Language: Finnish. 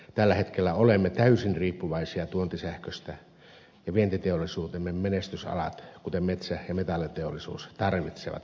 tällä hetkellä olemme täysin riippuvaisia tuontisähköstä ja vientiteollisuutemme menestysalat kuten metsä ja metalliteollisuus tarvitsevat paljon energiaa